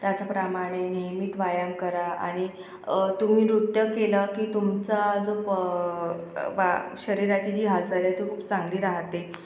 त्याचप्रमाणे नियमित व्यायाम करा आणि तुम्ही नृत्य केलं की तुमचा जो प वा शरीराची जी हालचाल आहे ती खूप चांगली राहते